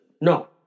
No